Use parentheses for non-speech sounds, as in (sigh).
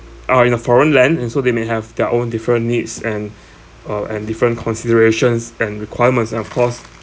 err in a foreign land and so they may have their own different needs and (breath) uh and different considerations and requirements and of course